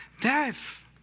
death